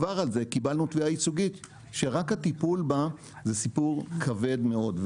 כבר על זה קיבלנו תביעה ייצוגית שרק הטיפול בה זה סיפור כבד מאוד.